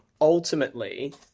Ultimately